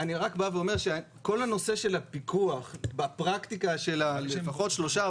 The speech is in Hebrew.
אני רק בא ואומר שכל הנושא של הפיקוח בפרקטיקה לפחות בשלושה,